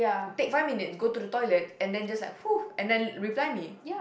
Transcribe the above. take five minutes go to the toilet and then just like !whoo! and then reply me